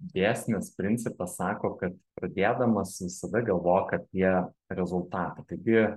dėsnis principas sako kad pradėdamas visada galvok apie rezultatą taigi